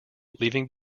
leaving